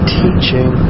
teaching